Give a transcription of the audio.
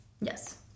Yes